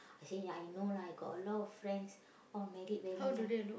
I say I know lah I got a lot of friends all married very young